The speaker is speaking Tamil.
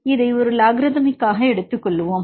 பின்னர் இந்த ஒரு லாக்ரித்மிக் எடுத்துக்கொள்வோம்